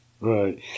Right